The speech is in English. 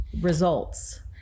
results